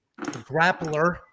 grappler